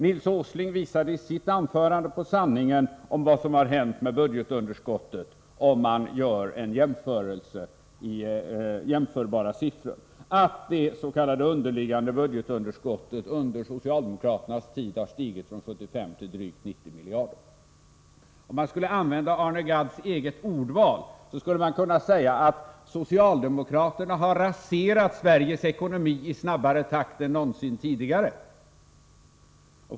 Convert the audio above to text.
Nils Åsling visade i sitt anförande på sanningen om vad som har hänt med budgetunderskottet, om man gör en jämförelse i jämförbara siffror, nämligen att det s.k. underliggande budgetunderskottet under socialdemokraternas tid har stigit från 75 till drygt 90 miljarder. Om man skulle använda Arne Gadds eget ordval, skulle man kunna säga att socialdemokraterna har raserat Sveriges ekonomi i snabbare takt än någonsin tidigare.